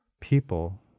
people